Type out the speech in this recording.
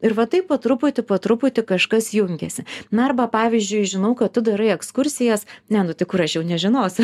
ir va taip po truputį po truputį kažkas jungiasi na arba pavyzdžiui žinau kad tu darai ekskursijas ne nu tai kur aš jau nežinosiu